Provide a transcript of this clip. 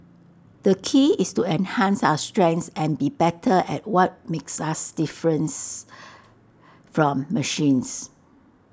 the key is to enhance our strengths and be better at what makes us difference from machines